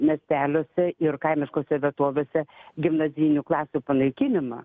miesteliuose ir kaimiškose vietovėse gimnazijinių klasių panaikinimą